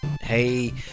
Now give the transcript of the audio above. Hey